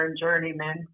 journeyman